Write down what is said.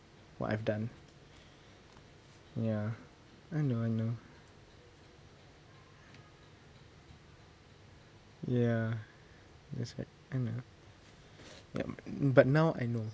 what I've done ya I know I know ya that's right I know yup but now I know